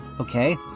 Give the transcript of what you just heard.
okay